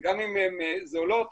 וגם אם הן זולות